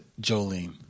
Jolene